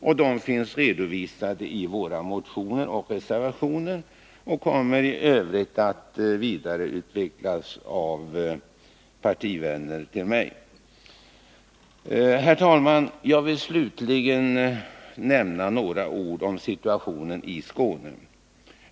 De förslagen finns redovisade i våra motioner och reservationer och kommer här att vidareutvecklas av partivänner till mig. Herr talman! Jag vill slutligen säga några ord om situationen i Skåne.